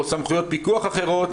או סמכויות פיקוח אחרות,